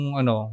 ano